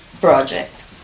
project